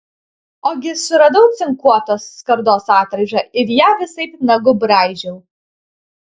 ogi suradau cinkuotos skardos atraižą ir ją visaip nagu braižiau